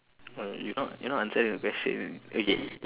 uh you not you not answering the question okay